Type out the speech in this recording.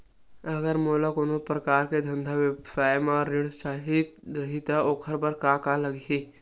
अगर मोला कोनो प्रकार के धंधा व्यवसाय पर ऋण चाही रहि त ओखर बर का का लगही?